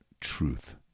truth